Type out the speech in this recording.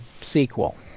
sequel